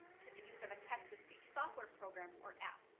to the use of a text to speech software, program or app,